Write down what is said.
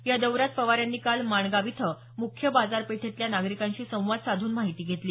या दौऱ्यात पवार यांनी काल माणगाव इथं मुख्य बाजारपेठेतल्या नागरिकांशी संवाद साधून माहिती घेतली